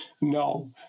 No